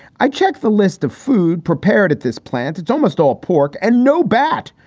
i checked the list of food prepared at this plant. it's almost all pork and no bat.